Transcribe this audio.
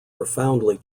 profoundly